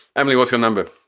emily, what's your number?